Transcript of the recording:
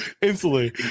instantly